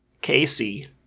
Casey